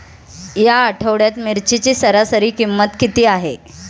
या आठवड्यात मिरचीची सरासरी किंमत किती आहे?